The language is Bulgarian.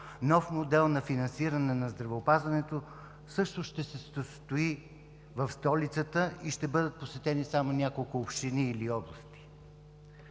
нов модел на финансиране на здравеопазването също ще се състои в столицата и ще бъдат посетени само няколко общини или области.